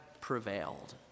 prevailed